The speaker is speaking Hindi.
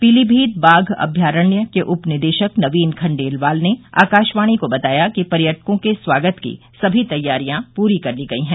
पीलीभीत बाघ अभ्यारण्य के उपनिदेशक नवीन खंडेलवाल ने आकाशवाणी को बताया कि पर्यटकों के स्वागत की सभी तैयारियां पूरी कर ली गई हैं